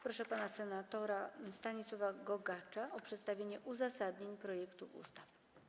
Proszę pana senatora Stanisława Gogacza o przedstawienie uzasadnień projektów ustaw.